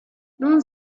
non